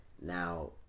now